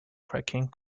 cracking